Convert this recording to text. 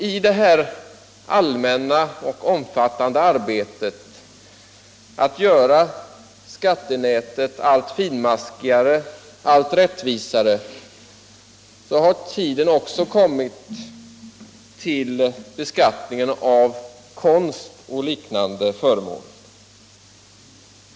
I det här allmänna och omfattande arbetet att göra skattenätet allt finmaskigare, allt rättvisare, har turen också kommit till beskattningen av konst och liknande föremål.